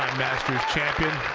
masters champion.